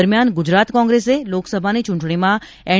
દરમ્યાન ગુજરાત કોંગ્રેસે લોકસભાની ચૂંટણીમાં એન